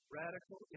radical